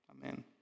amen